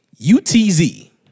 U-T-Z